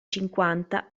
cinquanta